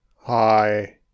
Hi